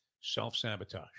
self-sabotage